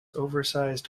oversized